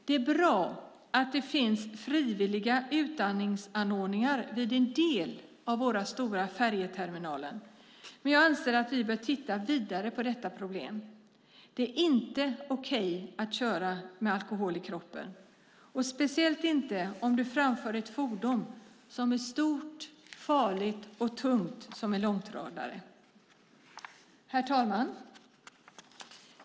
Det är bra att det finns frivilliga utandningsanordningar vid en del av våra stora färjeterminaler, men jag anser att vi bör titta vidare på detta problem. Det är inte okej att köra med alkohol i kroppen, och speciellt inte om du framför ett fordon som är så stort, farligt och tungt som en långtradare. Herr talman!